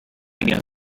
again